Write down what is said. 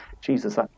jesus